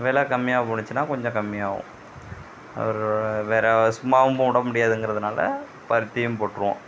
வெலை கம்மியாக போனுச்சினால் கொஞ்சம் கம்மியாகவும் வேறே சும்மாவும் விட முடியாதுங்கறதுனால் பருத்தியும் போட்டிருவோம்